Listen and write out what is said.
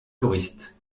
choristes